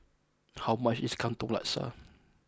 how much is Katong Laksa